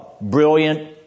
brilliant